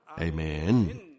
Amen